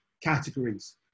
categories